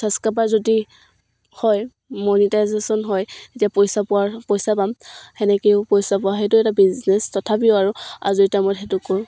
subscriber যদি হয় monetisation হয় যেতিয়া পইচা পোৱাৰ পইচা পাম তেনেকৈও পইচা পোৱা সেইটো এটা বিজনেছ তথাপিও আৰু আজৰি টাইমত সেইটো কৰোঁ